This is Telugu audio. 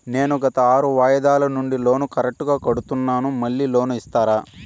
నేను గత ఆరు వాయిదాల నుండి లోను కరెక్టుగా కడ్తున్నాను, మళ్ళీ లోను ఇస్తారా?